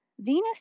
Venus